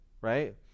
right